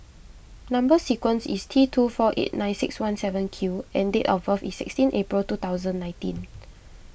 Number Sequence is T two four eight nine six one seven Q and date of birth is sixteen April two thousand nineteen